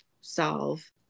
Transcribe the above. solve